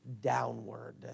downward